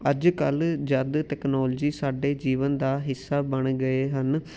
ਅੱਜ ਕੱਲ੍ਹ ਜਦੋਂ ਟੈਕਨੋਲਜੀ ਸਾਡੇ ਜੀਵਨ ਦਾ ਹਿੱਸਾ ਬਣ ਗਏ ਹਨ